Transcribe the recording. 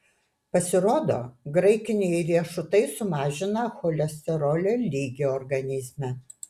pasirodo graikiniai riešutai sumažina cholesterolio lygį organizme